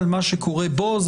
ברור.